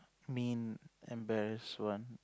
main embarrassment